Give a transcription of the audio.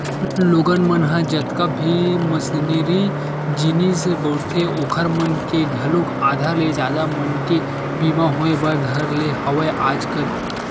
लोगन मन ह जतका भी मसीनरी जिनिस बउरथे ओखर मन के घलोक आधा ले जादा मनके बीमा होय बर धर ने हवय आजकल